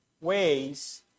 ways